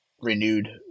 renewed